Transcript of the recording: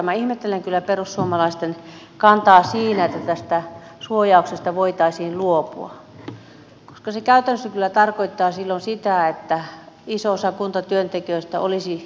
minä ihmettelen kyllä perussuomalaisten kantaa siinä että tästä suojauksesta voitaisiin luopua koska se käytännössä kyllä tarkoittaa silloin sitä että iso osa kuntatyöntekijöistä olisi irtisanomisuhan alla